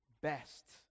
best